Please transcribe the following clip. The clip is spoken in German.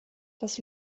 das